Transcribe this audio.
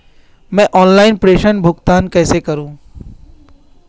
मैं ऑनलाइन प्रेषण भुगतान कैसे करूँ?